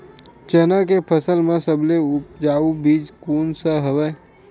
चना के फसल म सबले उपजाऊ बीज कोन स हवय?